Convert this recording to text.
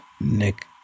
Nick